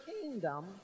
kingdom